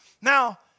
Now